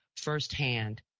firsthand